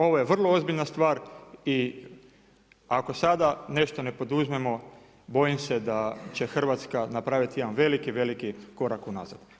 Ovo je vrlo ozbiljna stvar i ako sada nešto ne poduzmemo bojim se da će Hrvatska napraviti jedan veliki, veliki korak unazad.